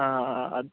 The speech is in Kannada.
ಹಾಂ ಹಾಂ ಅದು